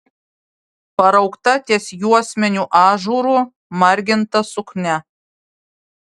paraukta ties juosmeniu ažūru marginta suknia